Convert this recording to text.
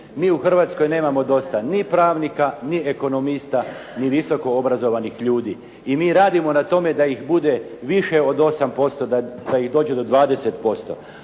Mi u Hrvatskoj nemamo dosta ni pravnika, ni ekonomista, ni visokoobrazovanih ljudi. I mi radimo na tome da ih bude više od 8% da ih dođe do 20%.